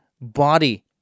body